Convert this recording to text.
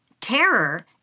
terror